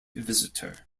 visitor